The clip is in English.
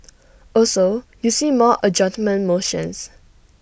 also you see more adjournment motions